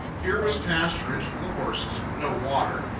here was pasturage for the horses, but no water,